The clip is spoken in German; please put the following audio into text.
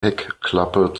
heckklappe